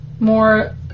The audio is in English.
more